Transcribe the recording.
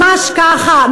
ממש ככה.